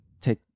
take